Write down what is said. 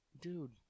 Dude